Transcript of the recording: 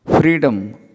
Freedom